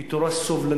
היא תורה סובלנית,